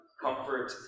Comfort